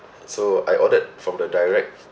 so I ordered from the direct